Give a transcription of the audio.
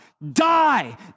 die